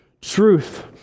truth